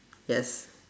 yes